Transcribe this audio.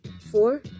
four